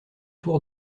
tours